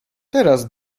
teraz